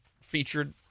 featured